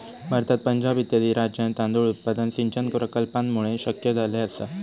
भारतात पंजाब इत्यादी राज्यांत तांदूळ उत्पादन सिंचन प्रकल्पांमुळे शक्य झाले आसा